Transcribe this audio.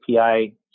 API